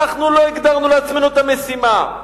אנחנו לא הגדרנו לעצמנו את המשימה.